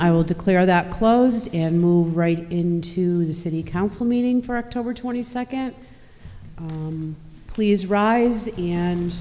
i will declare that close and move right into the city council meeting for act over twenty second please rise and